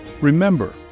Remember